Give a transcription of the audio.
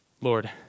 Lord